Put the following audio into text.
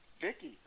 Vicky